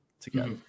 together